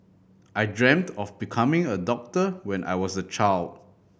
I dreamt of becoming a doctor when I was a child